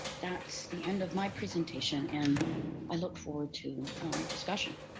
that's the end of my presentation and i look forward to discussion.